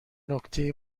نکته